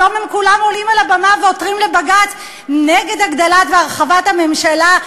היום הם כולם עולים על הבמה ועותרים לבג"ץ נגד הגדלה והרחבה של הממשלה.